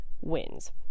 wins